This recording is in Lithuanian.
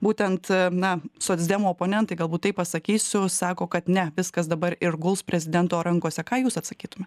būtent na socdemų oponentai galbūt taip pasakysiu sako kad ne viskas dabar ir guls prezidento rankose ką jūs atsakytumėt